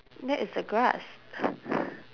that is the grass